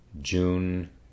June